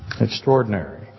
extraordinary